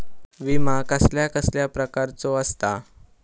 विमा कसल्या कसल्या प्रकारचो असता?